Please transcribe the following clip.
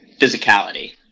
physicality